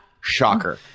Shocker